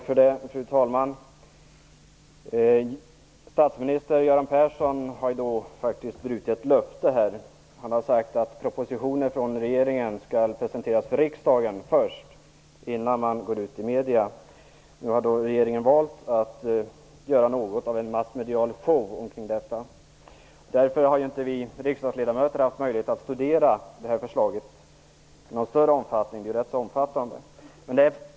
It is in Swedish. Fru talman! Statsminister Göran Persson har i dag faktiskt brutit ett löfte. Han har ju sagt att propositioner från regeringen skall presenteras för riksdagen innan man går ut i medierna. Nu har regeringen valt att göra något av en massmedial show kring detta. Således har vi riksdagsledamöter inte haft möjlighet att i större utsträckning studera framlagda förslag, som är rätt så omfattande.